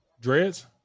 dreads